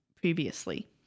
previously